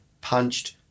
punched